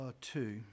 two